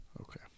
Okay